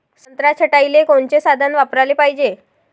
संत्रा छटाईले कोनचे साधन वापराले पाहिजे?